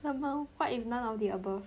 LMAO what if none of the above